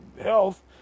health